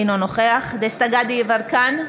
אינו נוכח דסטה גדי יברקן,